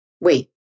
Wait